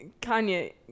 Kanye